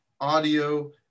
audio